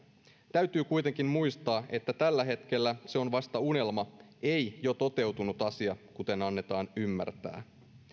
täytyy kuitenkin muistaa että tällä hetkellä se on vasta unelma ei jo toteutunut asia kuten annetaan ymmärtää